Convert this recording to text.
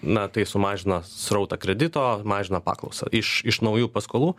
na tai sumažina srautą kredito mažina paklausą iš iš naujų paskolų